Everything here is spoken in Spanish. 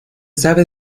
sabe